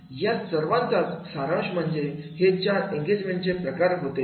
या सर्वांचा सारांश म्हणजे हे चार इंगेजमेंट चे प्रकार होते